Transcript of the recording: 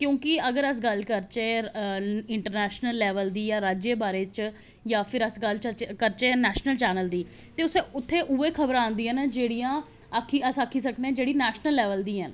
क्योंकि अगर अस गल्ल करचै इंटरनेशनल लेवल दी जां राज्य दे बारे च जां फिर अस गल्ल करचै नेशनल चैनल दी ते उ'त्थें उ'ऐ खबरां आंदियां न जेह्ड़ियां अस आखी सकने आं जेह्ड़ी नेशनल लेवल दि'यां न